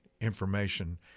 information